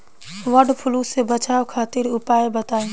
वड फ्लू से बचाव खातिर उपाय बताई?